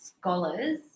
scholars